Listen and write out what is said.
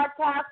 podcast